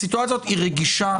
הסיטואציה הזאת היא רגישה,